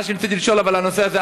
מה שרציתי לשאול אבל בנושא הזה,